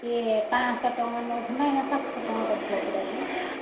ଏ ପାଞ୍ଚଶହ ଟଙ୍କା ନଉଥିଲ ଏଇନା ସାତଶହ ଟଙ୍କା କରିଦେଲ ପରା ଯେ